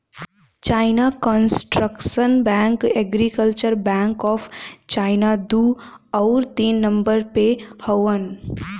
China construction bank, agriculture bank of China दू आउर तीन नम्बर पे हउवन